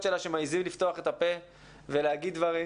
שלה שמעיזים לפתוח את הפה ולהגיד דברים,